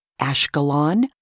Ashkelon